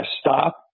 stop